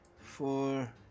four